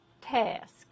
task